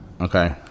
Okay